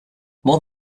more